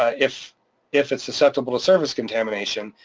ah if if it's susceptible to service contamination,